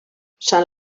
sant